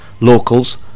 locals